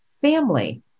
family